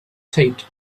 taped